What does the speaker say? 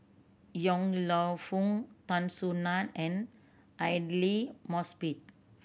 Yong Lew Foong Tan Soo Nan and Aidli Mosbit